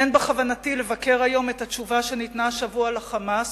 אין בכוונתי לבקר היום את התשובה שניתנה השבוע ל"חמאס",